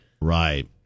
Right